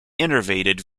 innervated